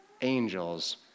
angels